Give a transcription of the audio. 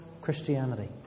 Christianity